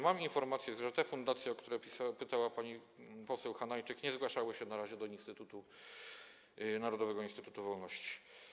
Mam informacje, że te fundacje, o które pytała pani poseł Hanajczyk, nie zgłaszały się na razie do Narodowego Instytutu Wolności.